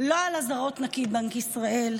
ולא על אזהרות נגיד בנק ישראל.